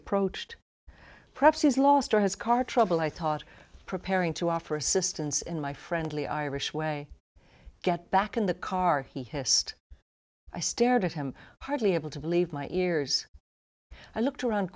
approached perhaps his last or his car trouble i thought preparing to offer assistance in my friendly irish way get back in the car he had i stared at him hardly able to believe my ears i looked around